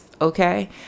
okay